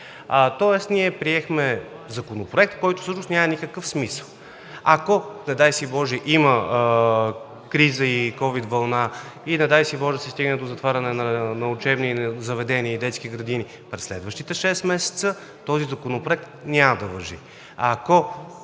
Тоест, ние приехме Законопроект, който всъщност няма никакъв смисъл. Ако, не дай си боже, има криза и ковид вълна и, не дай си боже, се стигне до затваряне на учебни заведения и детски градини през следващите шест месеца този законопроект няма да важи.